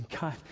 God